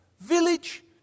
village